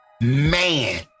man